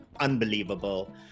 unbelievable